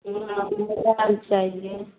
हमरा मोबाइल चाहियै